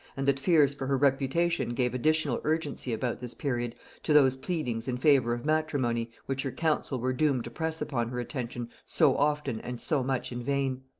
and that fears for her reputation gave additional urgency about this period to those pleadings in favor of matrimony which her council were doomed to press upon her attention so often and so much in vain.